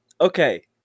Okay